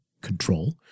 control